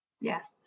Yes